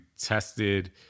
tested